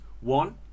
One